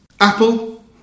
Apple